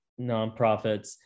nonprofits